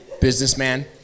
businessman